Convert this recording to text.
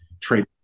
trade